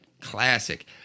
Classic